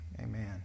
amen